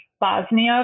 Bosnia